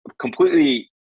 completely